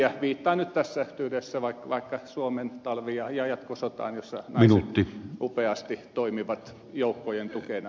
viittaan nyt tässä yhteydessä vaikka suomen talvi ja jatkosotaan joissa naiset upeasti toimivat joukkojen tukena